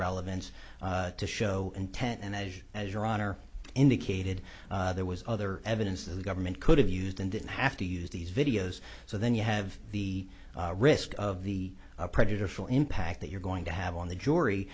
relevance to show intent and as as your honor indicated there was other evidence that the government could have used and didn't have to use these videos so then you have the risk of the prejudicial impact that you're going to have on the jury